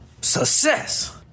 success